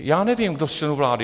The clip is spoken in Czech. Já nevím, kdo z členů vlády...